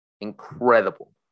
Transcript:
incredible